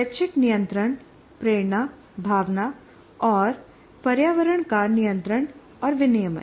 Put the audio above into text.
स्वैच्छिक नियंत्रण प्रेरणा भावना और पर्यावरण का नियंत्रण और विनियमन